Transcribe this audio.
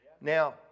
Now